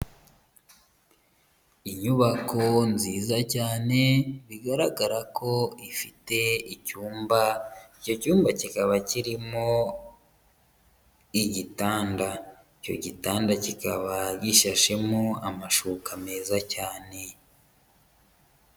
Inyubako nziza cyane bigaragara ko ifite icyumba, icyo cyumba kikaba kirimo igitanda, icyo gitanda kikaba gishashemo amashuka meza cyane.